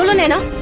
ah naina